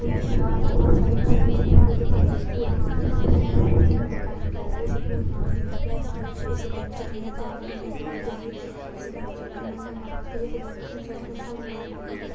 कोई इच्छा होए भाई असें एह्कड़ी गेम खेलनी पर ओह्दे बारै उस्सी पूरा नालेज देना टीम दा कैप्टन गै ओह् उस्सी पूरी नालेज दिन्दा भला आई इस टीम च गेम च इ'यां इ'यां होंदा इ'यां इ'यां होंदा तुगी एह् इस गेम च इ'यां इ'यां करना पौना तुगी इस गेम च हिस्स हिस्सा लेना पौना